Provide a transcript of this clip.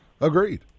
Agreed